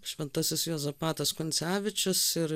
šventasis juozapatas kuncevičius ir